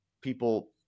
people